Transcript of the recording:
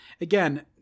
Again